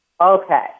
Okay